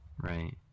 Right